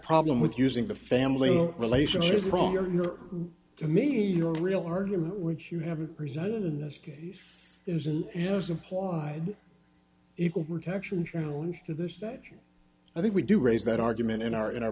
problem with using the family relationship is wrong or to me a real argument which you haven't presented in this case isn't has implied equal protection challenge to this that i think we do raise that argument in our in our